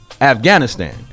Afghanistan